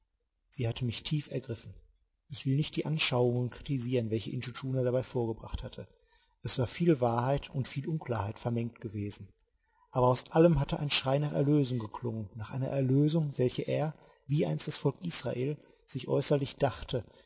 sie hatte mich tief ergriffen ich will nicht die anschauungen kritisieren welche intschu tschuna dabei vorgebracht hatte es war viel wahrheit mit viel unklarheit vermengt gewesen aber aus allem hatte ein schrei nach erlösung geklungen nach einer erlösung welche er wie einst das volk israel sich äußerlich dachte